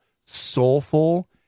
soulful